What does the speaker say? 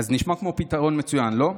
אז זה נשמע כמו פתרון מצוין, לא?